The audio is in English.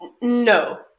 No